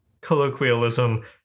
colloquialism